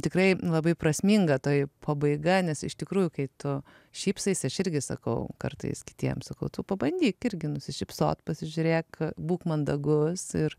tikrai labai prasminga tai pabaiga nes iš tikrųjų kai tu šypsaisi aš irgi sakau kartais kitiems sakau tu pabandyk irgi nusišypsot pasižiūrėk būk mandagus ir